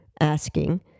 asking